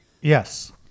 yes